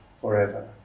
forever